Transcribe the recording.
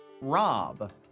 Rob